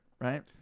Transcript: right